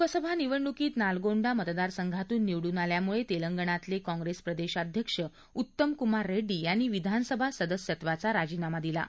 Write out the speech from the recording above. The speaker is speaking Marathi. लोकसभा निवडणुकीत नालगोंडा मतदारसंघातून निवडून आल्यामुळे तेलंगणातले काँप्रेस प्रदेशाध्यक्ष उत्तम कुमार रेङ्डी यांनी विधानसभा सदस्यत्वाचा राजीनामा दिला आहे